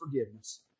forgiveness